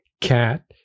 cat